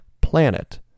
planet